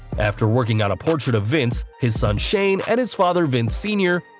after working on a portrait of vince, his son shane, and his father vince sr,